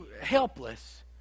helpless